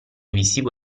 visivo